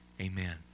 Amen